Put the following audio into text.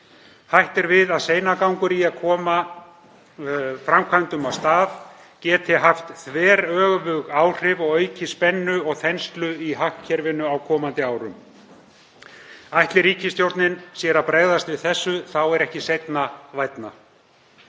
Hætt er við að seinagangur í að koma framkvæmdum af stað geti haft þveröfug áhrif og auki spennu og þenslu í hagkerfinu á komandi árum. Ætli ríkisstjórnin sér að bregðast við þessu þá er ekki seinna vænna.